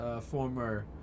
former